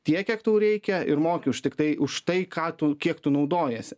tiek kiek tau reikia ir moki už tiktai už tai ką tu kiek tu naudojiesi